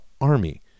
army